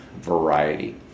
variety